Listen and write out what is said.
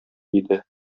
иде